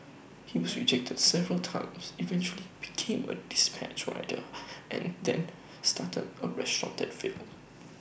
he was rejected several times eventually became A dispatch rider and then started A restaurant that failed